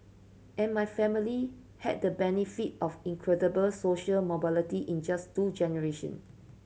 and my family had the benefit of incredible social mobility in just two generation